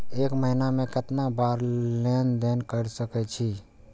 एक महीना में केतना बार लेन देन कर सके छी?